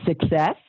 success